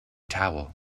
towel